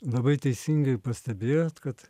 labai teisingai pastebėjot kad